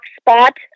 spot